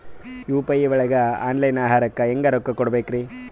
UPI ಒಳಗ online ಆಹಾರಕ್ಕೆ ಹೆಂಗ್ ರೊಕ್ಕ ಕೊಡಬೇಕ್ರಿ?